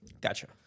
Gotcha